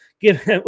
give